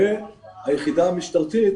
והיחידה המשטרתית